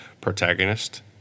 Protagonist